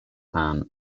anne